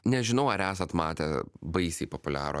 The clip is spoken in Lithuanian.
nežinau ar esat matę baisiai populiarų